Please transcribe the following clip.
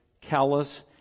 callous